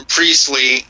Priestley